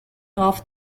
off